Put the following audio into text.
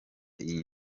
iyi